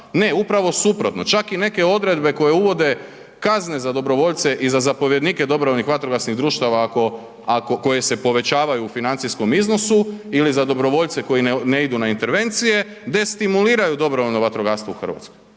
ne upravo suprotno, čak i neke odredbe koje uvode kazne za dobrovoljce i za zapovjednike DVD-a ako, ako, koje se povećavaju u financijskom iznosu ili za dobrovoljce koji ne idu na intervencije, destimuliraju dobrovoljno vatrogastvo u RH, pa ko